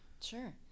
Sure